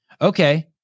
okay